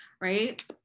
right